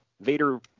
Vader